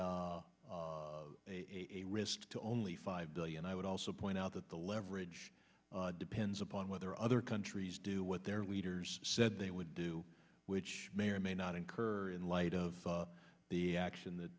risk to only five billion i would also point out that the leverage depends upon whether other countries do what their leaders said they would do which may or may not incur in light of the action that